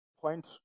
Point